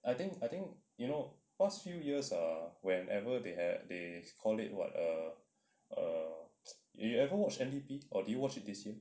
I think I think you know past few years or whenever they had they call it what err err you ever watch N_D_P or did you watch it this year